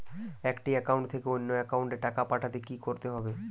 একটি একাউন্ট থেকে অন্য একাউন্টে টাকা পাঠাতে কি করতে হবে?